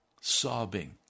sobbing